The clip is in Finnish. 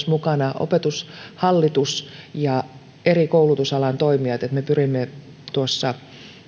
mukana myös opetushallitus ja eri koulutusalan toimijat me pyrimme tuossa